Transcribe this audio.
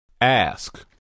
Ask